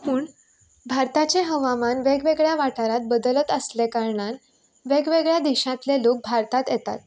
पूण भारताचें हवामान वेगवेगळ्या वाठारांत बदलत आसलें कारणान वेगवेगळ्या देशांतले लोक भारतात येतात